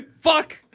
Fuck